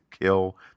kill